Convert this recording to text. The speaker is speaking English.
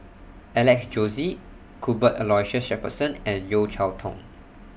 Alex Josey Cuthbert Aloysius Shepherdson and Yeo Cheow Tong